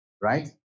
right